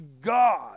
God